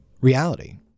reality